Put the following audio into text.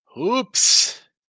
Oops